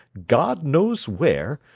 god knows where,